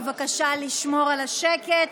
בבקשה לשמור על השקט.